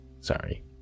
sorry